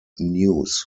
news